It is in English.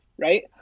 right